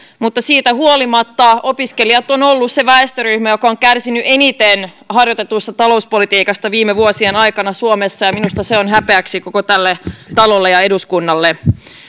mutta siitä huolimatta opiskelijat ovat olleet se väestöryhmä joka on kärsinyt eniten harjoitetusta talouspolitiikasta viime vuosien aikana suomessa ja minusta se on häpeäksi koko tälle talolle ja eduskunnalle